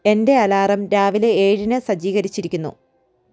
എന്റെ അലാറം രാവിലെ ഏഴിന് സജ്ജീകരിച്ചിരിക്കുന്നു